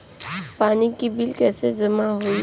पानी के बिल कैसे जमा होयी?